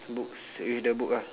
books with the book ah